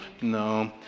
No